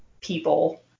people